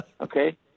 Okay